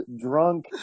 drunk